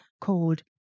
called